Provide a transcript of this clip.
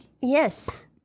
Yes